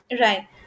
Right